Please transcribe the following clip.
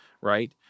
right